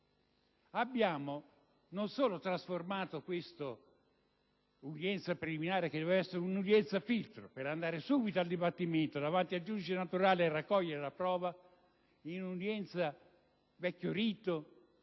abbiamo trasformato l'udienza preliminare - che doveva essere un'udienza filtro per andare subito al dibattimento davanti al giudice naturale, in cui raccogliere la prova - in un'udienza secondo il